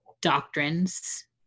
doctrines